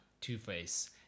Two-Face